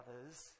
others